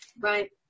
Right